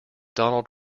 donald